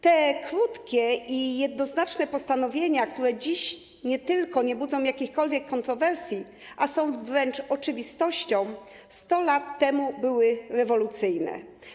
Te krótkie i jednoznaczne postanowienia, które dziś nie tylko nie budzą jakichkolwiek kontrowersji, a są wręcz oczywistością, 100 lat temu były rewolucyjne.